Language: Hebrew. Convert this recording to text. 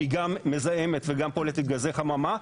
שהיא גם מזהמת וגם פולטת גזי חממה,